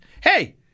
Hey